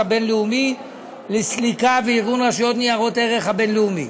הבין-לאומי לסליקה וארגון רשויות ניירות ערך הבין-לאומי.